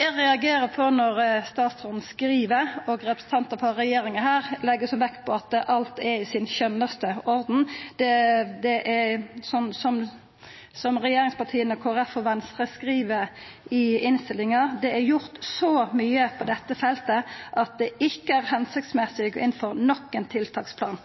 Eg reagerer når statsråden skriv – og representantar frå regjeringa her legg stor vekt på – at alt er som det skal vera. Som regjeringspartia, Kristeleg Folkeparti og Venstre skriv i innstillinga: det er gjort så mye på dette feltet, og at det ikke er hensiktsmessig å gå inn for nok en tiltaksplan.»